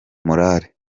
morale